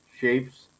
shapes